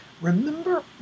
Remember